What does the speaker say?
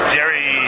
Jerry